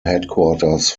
headquarters